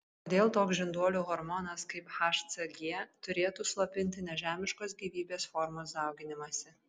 kodėl toks žinduolių hormonas kaip hcg turėtų slopinti nežemiškos gyvybės formos dauginimąsi